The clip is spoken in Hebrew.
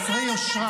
וואי,